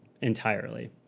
entirely